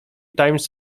times